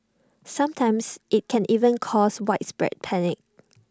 sometimes IT can even cause widespread panic